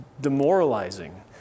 demoralizing